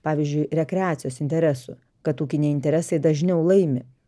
pavyzdžiui rekreacijos interesų kad ūkiniai interesai dažniau laimi